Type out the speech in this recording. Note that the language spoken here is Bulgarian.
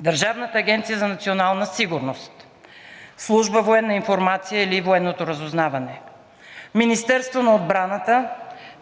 Държавната агенция за национална сигурност, служба „Военна информация“, или Военното разузнаване, Министерството на отбраната,